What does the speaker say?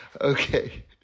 Okay